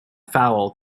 foul